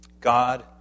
God